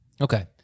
Okay